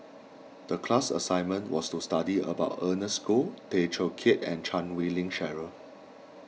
the class assignment was to study about Ernest Goh Tay Teow Kiat and Chan Wei Ling Cheryl